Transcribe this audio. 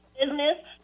business